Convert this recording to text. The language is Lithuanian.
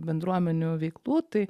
bendruomenių veiklų tai